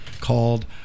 called